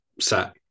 set